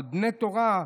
על בני תורה?